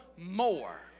more